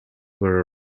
were